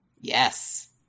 Yes